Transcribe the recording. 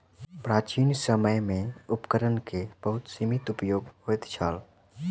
प्राचीन समय में उपकरण के बहुत सीमित उपाय होइत छल